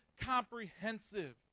comprehensive